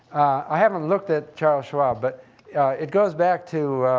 i haven't looked at charles schwab, but it goes back to